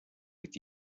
with